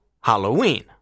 Halloween